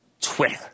Twitter